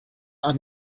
are